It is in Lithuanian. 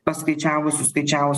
paskaičiavus suskaičiavus